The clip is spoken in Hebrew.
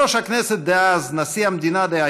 40 שנים בדיוק.